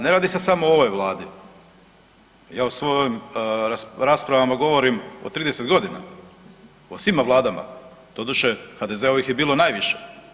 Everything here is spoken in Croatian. Ne radi se samo o ovoj Vladi, ja u svojim raspravama govorim o 30 godina, o svima vladama, doduše HDZ-ovih je bilo najviše.